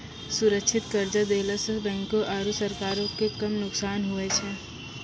सुरक्षित कर्जा देला सं बैंको आरू सरकारो के कम नुकसान हुवै छै